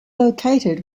located